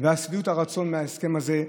ושביעות הרצון מההסכם הזה,